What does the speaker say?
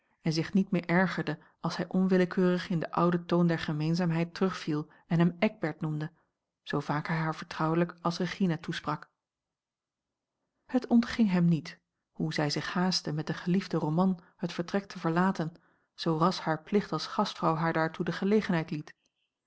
en zich niet meer ergerde als hij onwillekeurig in den ouden toon der gemeenzaama l g bosboom-toussaint langs een omweg heid terugviel en hem eckbert noemde zoo vaak hij haar vertrouwelijk als regina toesprak het ontging hem niet hoe zij zich haastte met den geliefden roman het vertrek te verlaten zoo ras haar plicht als gastvrouw haar daartoe de gelegenheid liet